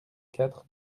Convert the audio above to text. quatre